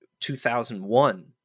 2001